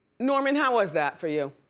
norman, how was that for you?